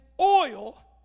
oil